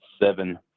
seven